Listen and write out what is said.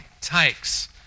takes